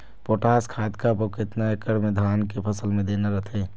Potash खाद कब अऊ केतना एकड़ मे धान के फसल मे देना रथे?